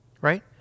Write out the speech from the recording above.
Right